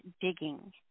digging